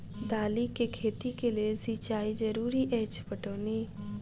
दालि केँ खेती केँ लेल सिंचाई जरूरी अछि पटौनी?